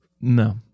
No